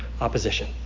opposition